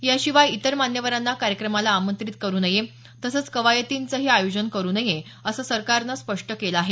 याशिवाय इतर मान्यवरांना कार्यक्रमाला आमंत्रित करू नये तसेच कवायतीचंही आयोजन करून नये असं सरकारनं स्पष्ट केलं आहे